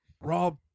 Rob